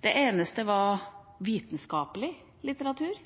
Det eneste var vitenskapelig litteratur,